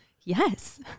Yes